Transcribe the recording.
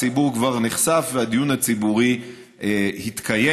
הציבור כבר נחשף והדיון הציבורי התקיים.